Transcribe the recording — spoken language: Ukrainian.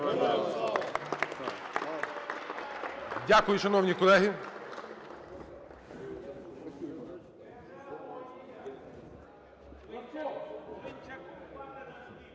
Дякую, шановні колеги.